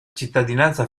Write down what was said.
cittadinanza